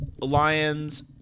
Lions